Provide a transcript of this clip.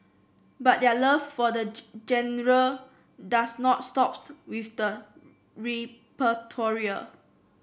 but their love for the genre does not stops with the repertoire